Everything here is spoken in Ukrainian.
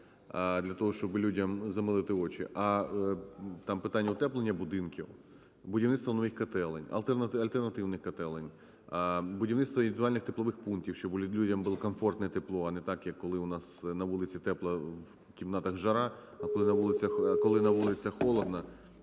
для того, щоб людям замилити очі, а, там, питання утеплення будинків, будівництво нових котелень, альтернативних котелень, будівництво індивідуальних теплових пунктів, щоб людям було комфортно і тепло, а не так як, коли у нас на вулиці тепло - в кімнатах жара, а коли на вулиці холодно